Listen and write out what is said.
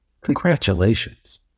congratulations